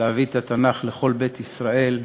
להביא את התנ"ך לכל בית ישראל,